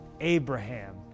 Abraham